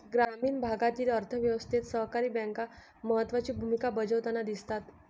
ग्रामीण भागातील अर्थ व्यवस्थेत सहकारी बँका महत्त्वाची भूमिका बजावताना दिसतात